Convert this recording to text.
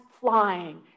flying